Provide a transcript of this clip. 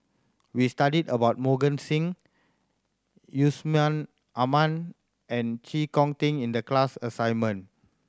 we studied about Mohan Singh Yusman Aman and Chee Kong Tet in the class assignment